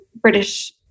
British